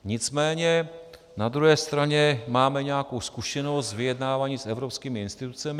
Nicméně na druhé straně máme nějakou zkušenost z vyjednávání s evropskými institucemi.